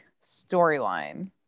storyline